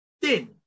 Thin